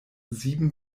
sieben